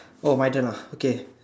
oh my turn ah okay